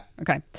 okay